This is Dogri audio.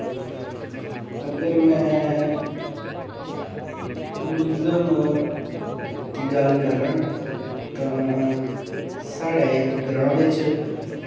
अगर में टूरिजम दी गल्ल करां तां साढ़े ग्रांऽ बिच्च